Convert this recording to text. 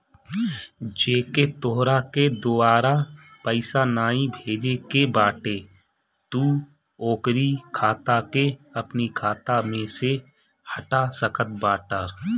जेके तोहरा के दुबारा पईसा नाइ भेजे के बाटे तू ओकरी खाता के अपनी खाता में से हटा सकत बाटअ